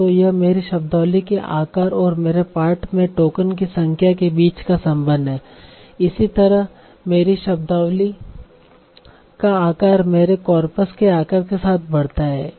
तो यह मेरी शब्दावली के आकार और मेरे पाठ में टोकन की संख्या के बीच का संबंध है इसी तरह मेरी शब्दावली का आकार मेरे कॉर्पस के आकार के साथ बढ़ता है